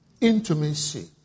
intimacy